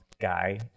guy